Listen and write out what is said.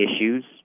issues